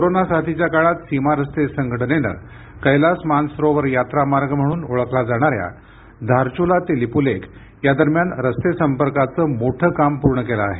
corona साथीच्या काळात सीमा रस्ते संघटनेनं कैलास मानसरोवर यात्रा मार्ग म्हणून ओळखला जाणाऱ्या धारचुला ते लिपुलेख या दरम्यान रस्ते संपर्काचं मोठं काम पूर्ण केलं आहे